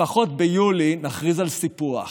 לפחות ביולי נכריז על סיפוח,